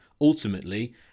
ultimately